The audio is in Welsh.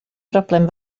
broblem